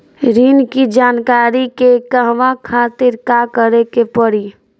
ऋण की जानकारी के कहवा खातिर का करे के पड़ी?